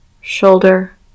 shoulder